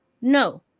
No